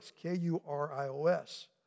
K-U-R-I-O-S